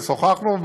ושוחחנו,